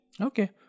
Okay